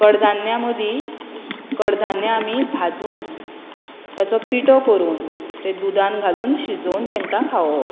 कडधान्या मदीं कडधान्या आमी भाजून ताचो पिठो करून तें दुदान घालून शिजोवन तांकां खावोवप